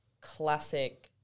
classic